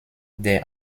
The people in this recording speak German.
der